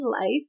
life